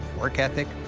work ethic,